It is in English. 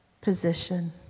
position